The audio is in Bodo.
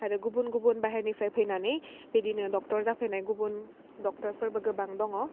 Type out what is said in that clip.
आरो गुबुन गुबुन बाहेरनिफ्राय फैनानै बिदिनो डक्टर जाफैनाय गुबुन डक्टरफोरबो गोबां दङ